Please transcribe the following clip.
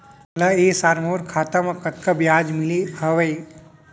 मोला ए साल मोर खाता म कतका ब्याज मिले हवये?